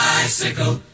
Bicycle